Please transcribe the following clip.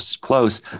close